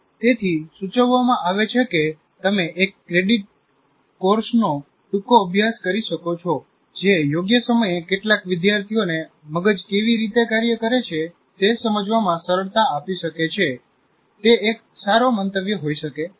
તેથી સૂચવવામાં આવે છે કે તમે એક ક્રેડિટ કોર્સનો ટૂંકો અભ્યાસક્રમ કરી શકો છો જે યોગ્ય સમયે કેટલાક વિદ્યાર્થીઓને મગજ કેવી રીતે કાર્ય કરે છે તે સમજવામાં સરળતા આપી શકે છે તે એક સારો મંતવ્ય હોઈ શકે છે